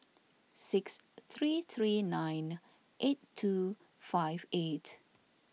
six three three nine eight two five eight